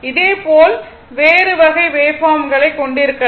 இதேபோல் வேறு வகை வேவ்பார்ம்களை கொண்டிருக்கலாம்